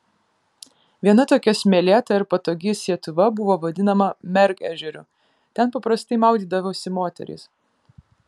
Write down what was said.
viena tokia smėlėta ir patogi sietuva buvo vadinama mergežeriu ten paprastai maudydavosi moterys